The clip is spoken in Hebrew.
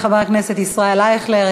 תודה לחבר הכנסת ישראל אייכלר.